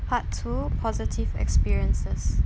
part two positive experiences